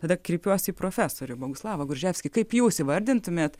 tada kreipiuosi į profesorių boguslavą gruževskį kaip jūs įvardintumėt